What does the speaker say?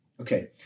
Okay